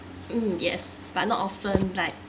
mm yes but not often like